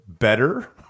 better